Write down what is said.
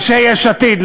אנשי יש עתיד,